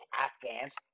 Afghans